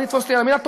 אל תתפוס אותי במילה,